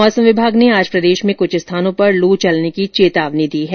मौसम विभाग ने आज प्रदेश में क्छ स्थानों पर लू चलने की चेतावनी दी है